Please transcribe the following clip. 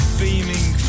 beaming